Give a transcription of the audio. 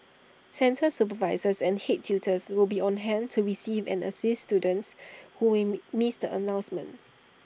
centre supervisors and Head tutors will be on hand to receive and assist students who we may missed the announcement